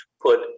put